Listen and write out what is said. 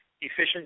efficient